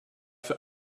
für